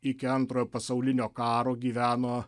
iki antrojo pasaulinio karo gyveno